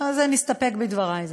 אז נסתפק בדברי.